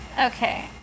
Okay